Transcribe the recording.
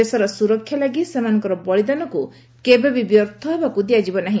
ଦେଶର ସୁରକ୍ଷା ଲାଗି ସେମାନଙ୍କର ବଳିଦାନକୁ କେବେ ବି ବ୍ୟର୍ଥ ହେବାକୁ ଦିଆଯିବ ନାହି